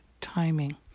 timing